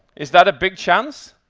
is that a big chance?